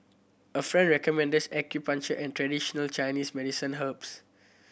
a friend recommends acupuncture and traditional Chinese medicine herbs